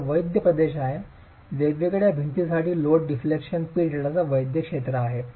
हा वैध प्रदेश आहे वेगवेगळ्या भिंतींसाठी लोड डिफ्लेक्शन P डेल्टाचा वैध क्षेत्र आहे